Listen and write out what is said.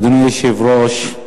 אדוני היושב-ראש,